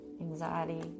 anxiety